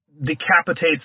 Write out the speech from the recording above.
decapitates